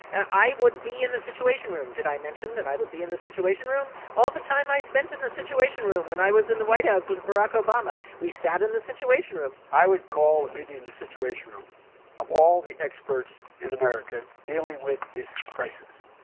i would be in the situation room. did i mention that i would be in the situation room? all the time i spent in the situation room when i was in the white house with barack obama we sat in the situation room i would call a meeting in the situation room of all the experts in america dealing with this crisis.